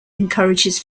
encourages